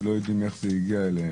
שלא יודעים איך זה הגיע אליהן.